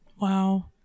Wow